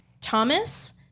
Thomas